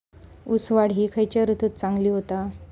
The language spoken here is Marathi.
ऊस वाढ ही खयच्या ऋतूत चांगली होता?